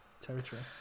territory